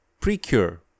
Precure